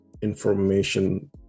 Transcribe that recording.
information